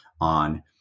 on